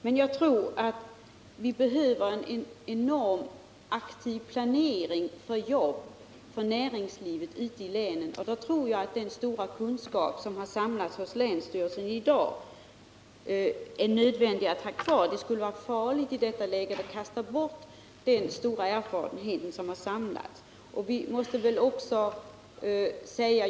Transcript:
Det behövs en enormt aktiv planering för jobb och näringsliv ute i länen. Det är då nödvändigt att ha kvar den stora kunskap som har samlats hos länsstyrelserna. Det vore farligt att i detta läge kasta bort länsstyrelsernas stora erfarenhet.